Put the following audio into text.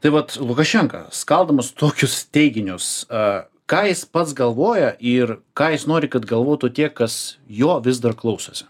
tai vat lukašenka skaldomus tokius teiginius a ką jis pats galvoja ir ką jis nori kad galvotų tie kas jo vis dar klausosi